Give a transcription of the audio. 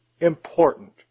important